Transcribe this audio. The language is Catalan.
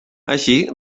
així